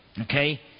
Okay